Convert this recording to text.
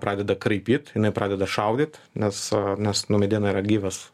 pradeda kraipyt jinai pradeda šaudyt nes nes nu mediena yra gyvas